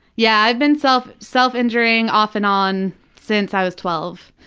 yeah i've been self self injuring off and on since i was twelve.